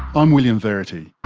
i'm william verity,